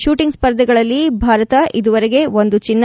shooting ಸ್ವರ್ಧೆಗಳಲ್ಲಿ ಭಾರತ ಇದುವರೆಗೆ ಒಂದು ಚಿನ್ನ